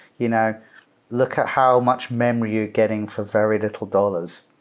you know look at how much memory you're getting for very little dollars.